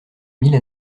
mille